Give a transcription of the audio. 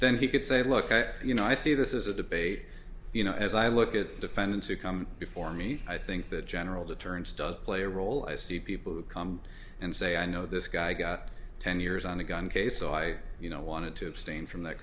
then he could say look i you know i see this is a debate you know as i look at defendants who come before me i think the general deterrence does play a role i see people who come and say i know this guy got ten years on a gun case so i you know wanted to abstain from that